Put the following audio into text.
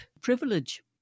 privilege